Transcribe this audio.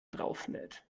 draufnäht